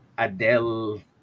Adele